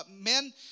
men